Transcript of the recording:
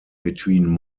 between